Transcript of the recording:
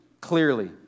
clearly